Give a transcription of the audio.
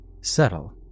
Settle